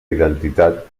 identitat